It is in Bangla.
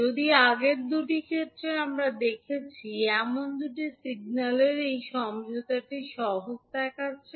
যদিও আগের দুটি ক্ষেত্রে আমরা দেখেছি এমন দুটি সিগন্যালের এই সমঝোতাটি সহজ দেখাচ্ছে